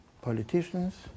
politicians